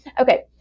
Okay